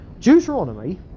Deuteronomy